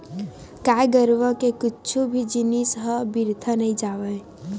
गाय गरुवा के कुछु भी जिनिस ह बिरथा नइ जावय